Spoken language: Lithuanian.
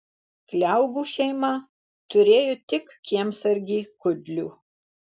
kliaugų šeima turėjo tik kiemsargį kudlių